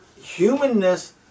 Humanness